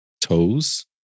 toes